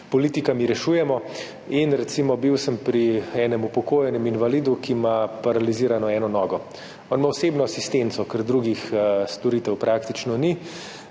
politikami rešujemo. Recimo, bil sem pri enem upokojenem invalidu, ki ima paralizirano eno nogo. On ima osebno asistenco, ker drugih storitev praktično ni.